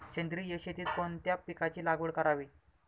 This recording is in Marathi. सेंद्रिय शेतीत कोणत्या पिकाची लागवड करावी?